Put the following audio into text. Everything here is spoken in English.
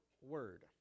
word